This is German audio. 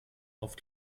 auf